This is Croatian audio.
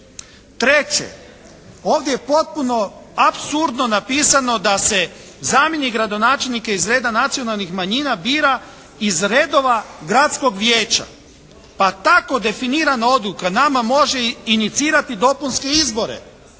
Treće, ovdje je potpuno apsurdno napisano da se zamjenik gradonačelnika iz reda nacionalnih manjina bira iz redova Gradskog vijeća. Pa tako definirana odluka nama može inicirati dopunske izbore.